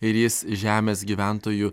ir jis žemės gyventojų